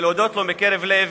ולהודות לו מקרב לב,